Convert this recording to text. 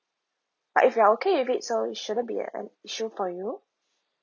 but if you are okay with it so it shouldn't an an issue for you